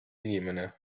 inimene